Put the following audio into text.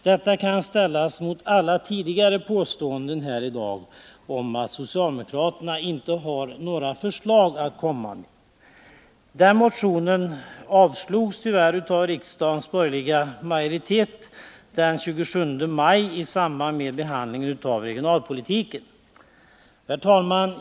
Detta skall ställas mot alla tidigare påståenden här i dag om att socialdemokraterna inte har några förslag att komma med. Den motionen avslogs tyvärr av riksdagens borgerliga majoritet den 27 maj i samband med behandlingen av regionalpolitiken. Herr talman!